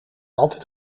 altijd